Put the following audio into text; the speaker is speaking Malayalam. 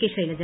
കെ ശൈലജ